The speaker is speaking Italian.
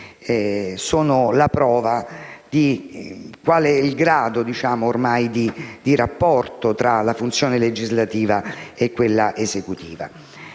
forse la prova di quale sia ormai il grado di rapporto tra la funzione legislativa e quella esecutiva.